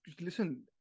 listen